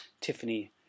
Tiffany